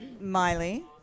Miley